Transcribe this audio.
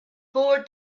four